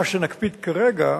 מה שנקפיד כרגע,